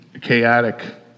chaotic